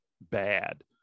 bad